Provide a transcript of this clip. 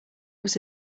was